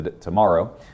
tomorrow